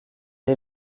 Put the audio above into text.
est